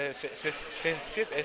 se